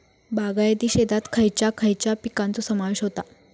बागायती शेतात खयच्या खयच्या पिकांचो समावेश होता?